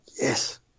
yes